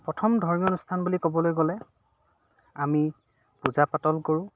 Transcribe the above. প্ৰথম ধৰ্মীয় অনুষ্ঠান বুলি ক'বলৈ গ'লে আমি পূজা পাতল কৰোঁ